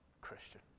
Christian